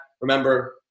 remember